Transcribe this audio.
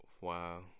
Wow